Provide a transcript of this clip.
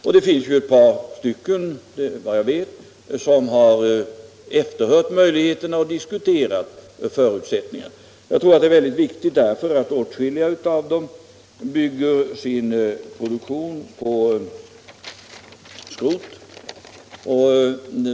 Såvitt jag vet har man på ett par håll hört sig för om möjligheterna att diskutera förutsättningarna härför. Jag tror att det är mycket viktigt, eftersom åtskilliga av dem bygger sin produktion på skrot.